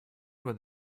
would